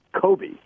Kobe